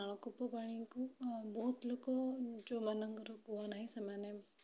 ନଳକୂପ ପାଣିକୁ ବହୁତ ଲୋକ ଯେଉଁମାନଙ୍କର କୂଅ ନାହିଁ ସେମାନେ